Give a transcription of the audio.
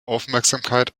aufmerksamkeit